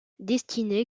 destiné